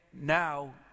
now